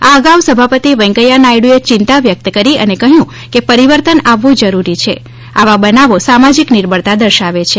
આ અગાઉ સભાપતિ વૈકેથા નાયડુએ ચિંતા વ્યકત કરી અને કહ્યું કે પરિવર્તન આવવું જરૂરી છે આવા બનાવો સામાજિક નિર્બળતા દર્શાવે છે